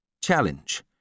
challenge